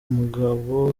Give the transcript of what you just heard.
umugabo